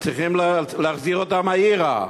צריכים להחזיר אותם העירה,